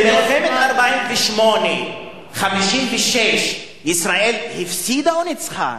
במלחמת 48', 56', ישראל הפסידה או ניצחה?